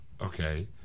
Okay